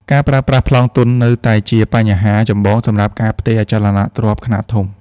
ការប្រើប្រាស់ "ប្លង់ទន់" នៅតែជាហានិភ័យចម្បងសម្រាប់ការផ្ទេរអចលនទ្រព្យខ្នាតធំ។